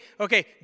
okay